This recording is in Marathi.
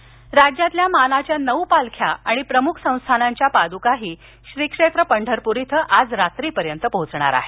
पालख्या राज्यातल्या मानाच्या नऊ पालख्या आणि प्रमुख संस्थानांच्या पादुकाही श्री क्षेत्र पंढरपूर इथं आज रात्रीपर्यंत पोहोचणार आहेत